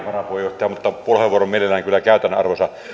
varapuheenjohtaja mutta puheenvuoron mielelläni kyllä käytän arvoisa